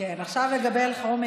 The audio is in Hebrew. לגבי אלחרומי,